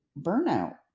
burnout